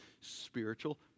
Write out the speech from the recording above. spiritual